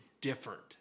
different